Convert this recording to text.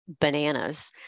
bananas